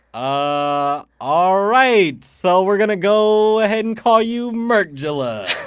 ah ah, alright. so we're gonna go ahead and call you merkgela.